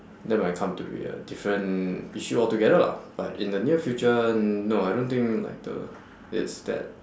that might come to be a different issue all together lah but in the near future no I don't think like the it's that